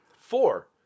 Four